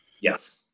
Yes